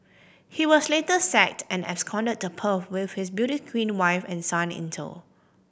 he was later sacked and absconded to Perth with his beauty queen wife and son in tow